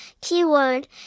Keyword